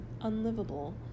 unlivable